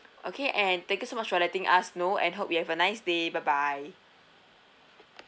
okay and thank you so much for letting us know and hope you have a nice day bye bye